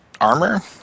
armor